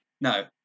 No